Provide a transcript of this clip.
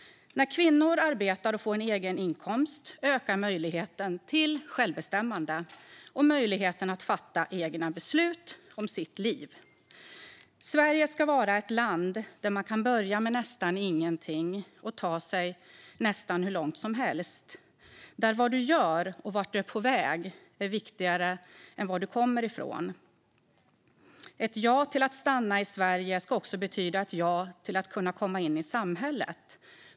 När kvinnor arbetar och får en egen inkomst ökar möjligheten till självbestämmande och möjligheten att fatta egna beslut om sitt liv. Sverige ska vara ett land där man kan börja med nästan ingenting och ta sig nästan hur långt som helst, där vad du gör och vart du är på väg är viktigare än var du kommer ifrån. Ett ja till att stanna i Sverige ska också betyda ett ja till att kunna komma in i samhället.